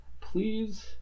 Please